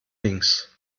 links